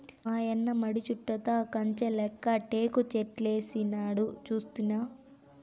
మాయన్న మడి చుట్టూతా కంచెలెక్క టేకుచెట్లేసినాడు సూస్తినా